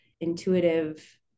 intuitive